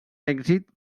èxit